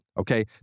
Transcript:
Okay